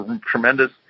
tremendous